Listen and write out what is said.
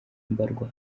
mbarwa